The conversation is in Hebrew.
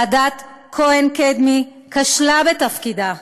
ועדת כהן-קדמי כשלה בתפקידה.